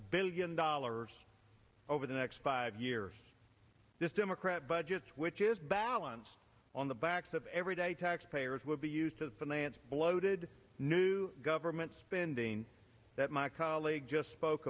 billion dollars over the next five years this democrat budget which is balanced on the back that everyday taxpayers will be used to finance bloated new government spending that my colleague just spoke